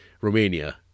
Romania